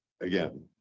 Again